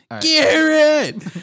Garrett